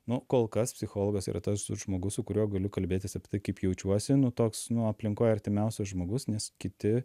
no kol kas psichologas yra tas žmogus su kuriuo galiu kalbėtis apie tai kaip jaučiuosi nu toks aplinkoje artimiausias žmogus nes kiti